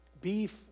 beef